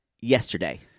yesterday